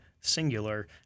singular